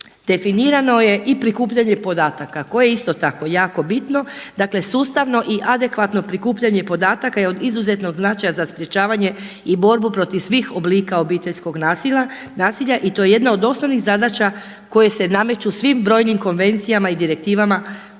definirano je i prikupljanje podataka koje je isto tako jako bitno, dakle sustavno i adekvatno prikupljanje podataka je od izuzetnog značaja za sprječavanje i borbu protiv svih oblika obiteljskog nasilja. I to je jedna od osnovnih zadaća koje se nameću svim brojnim konvencijama i direktivama koje